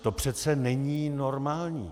To přece není normální.